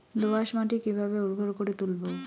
দোয়াস মাটি কিভাবে উর্বর করে তুলবো?